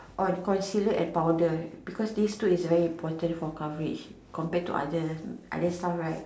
on concealer and powder because these two is very important for coverage compared to other other stuff right